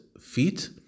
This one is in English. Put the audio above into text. feet